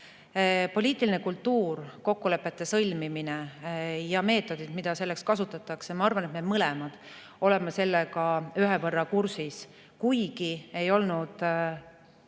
Poliitiline kultuur, kokkulepete sõlmimine ja meetodid, mida selleks kasutatakse – ma arvan, et me mõlemad oleme sellega ühevõrra kursis, kuigi ei olnud